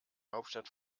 hauptstadt